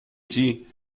sie